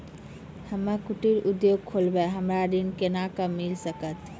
हम्मे कुटीर उद्योग खोलबै हमरा ऋण कोना के मिल सकत?